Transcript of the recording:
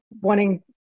wanting